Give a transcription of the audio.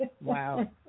Wow